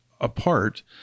apart